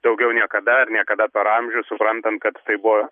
daugiau niekada ar niekada per amžius suprantam kad tai buvo